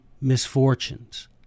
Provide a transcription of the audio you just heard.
misfortunes